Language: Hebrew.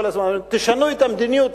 כל הזמן אומרים: תשנו את המדיניות,